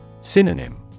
Synonym